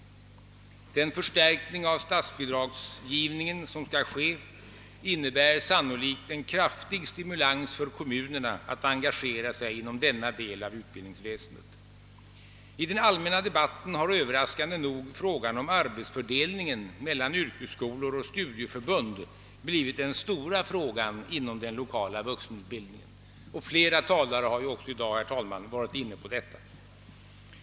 Den kommande förstärkningen av statsbidragsgivningen innebär sannolikt en kraftig stimulans för kommunerna att engagera sig inom denna del av utbildningsväsendet. I den allmänna debatten har överraskande nog frågan om arbetsfördelningen mellan yrkesskolor och studieförbund blivit den stora frågan inom den lokala vuxenutbildningen, och flera talare har också i dag berört detta.